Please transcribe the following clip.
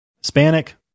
Hispanic